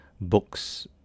books